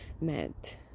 met